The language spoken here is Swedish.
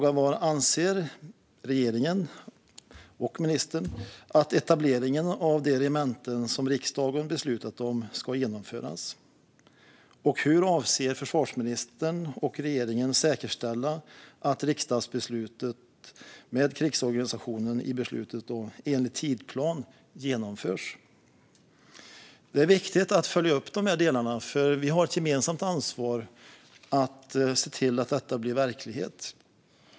Anser regeringen och ministern att etableringen av de regementen som riksdagen beslutat om ska genomföras? Hur avser försvarsministern och regeringen att säkerställa att riksdagsbeslutet och den beslutade krigsorganisationen genomförs enligt tidsplan? Det är viktigt att följa upp de här delarna, för vi har ett gemensamt ansvar att se till att detta blir verklighet.